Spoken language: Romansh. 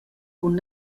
cun